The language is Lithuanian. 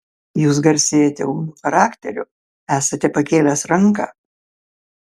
jūs garsėjate ūmiu charakteriu esate pakėlęs ranką